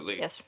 Yes